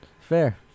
Fair